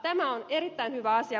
tämä on erittäin hyvä asia